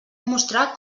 mostrar